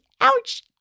ouch